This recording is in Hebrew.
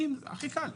הכי קל.